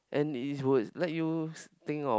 and it would let you think of